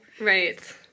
Right